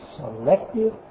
selective